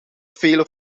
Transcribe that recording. vele